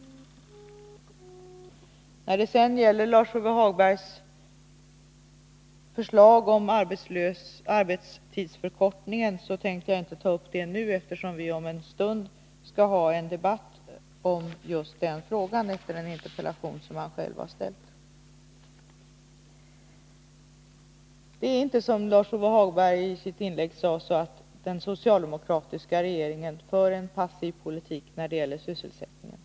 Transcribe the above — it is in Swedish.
Jag skall inte ta upp Lars-Ove Hagbergs förslag om arbetstidsförkortning nu, eftersom vi skall ha en debatt om just den frågan om en stund, efter en interpellation som han själv har ställt. Det är inte så som Lars-Ove Hagberg sade i sitt inlägg, att den socialdemokratiska regeringen för en passiv politik när det gäller sysselsätt ningen.